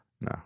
No